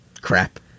crap